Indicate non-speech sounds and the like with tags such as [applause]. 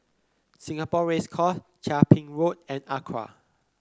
Singapore Race Course Chia [noise] Ping Road and ACRA